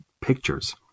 pictures